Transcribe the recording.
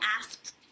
asked